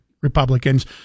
Republicans